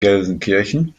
gelsenkirchen